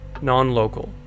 Non-Local